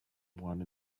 one